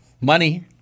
money